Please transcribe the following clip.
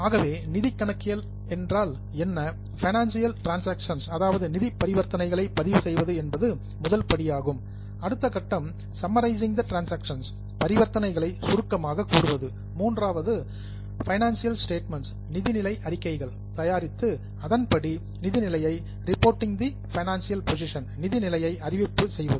ஆகவே நிதி கணக்கியல் என்னவென்றால் பைனான்சியல் டிரன்சாக்சன்ஸ் அதாவது நிதி பரிவர்த்தனைகளை பதிவு செய்வது என்பது முதல் படியாகும் அடுத்த கட்டம் சமரசிங் த டிரன்சாக்சன்ஸ் அதாவது பரிவர்த்தனைகளை சுருக்கமாகக் கூறுவது மூன்றாவது பொதுவாக பைனான்சியல் ஸ்டேட்மெண்ட்ஸ் நிதி நிலை அறிக்கைகளை தயாரித்து அதன்படி நிதி நிலையை ரிப்போர்ட்டிங் த பைனான்சியல் பொசிஷன் நிதி நிலையை அறிவிப்பு செய்வது